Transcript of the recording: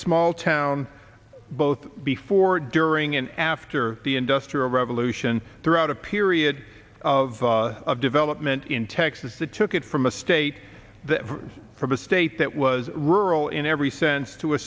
small town both before during and after the industrial revolution throughout a period of development in texas that took it from a state from a state that was rural in every sense to a